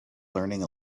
learning